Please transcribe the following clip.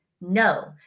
No